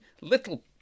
little